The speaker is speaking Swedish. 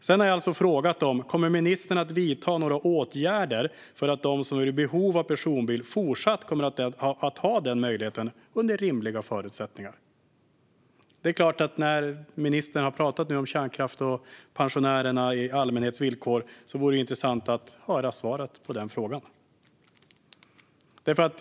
Jag har också frågat om ministern kommer att vidta några åtgärder för att de som är i behov av personbil fortsatt ska ha denna möjlighet under rimliga förutsättningar. När ministern nu har pratat om kärnkraft och om villkoren för pensionärerna i allmänhet vore det intressant att höra svaret på den frågan.